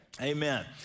Amen